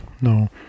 no